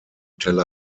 tel